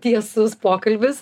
tiesus pokalbis